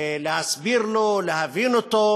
להסביר לו, להבין אותו,